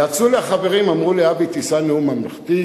יעצו לי החברים, אמרו לי: אבי, תישא נאום ממלכתי.